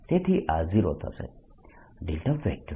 તેથી આ 0 થશે